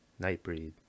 Nightbreed